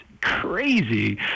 crazy